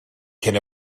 cyn